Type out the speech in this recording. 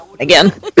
again